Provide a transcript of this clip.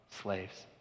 slaves